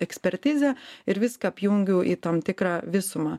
ekspertizę ir viską apjungiu į tam tikrą visumą